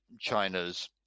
China's